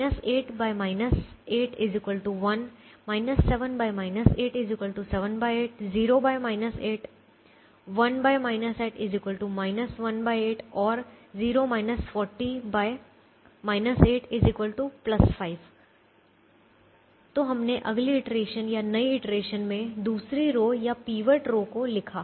8 8 1 7 8 78 0 8 1 8 1 8 और 8 5 तो हमने अगली इटरेशन या नई इटरेशन में दूसरी रो या पीवट रो को लिखा